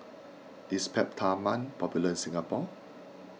is Peptamen popular in Singapore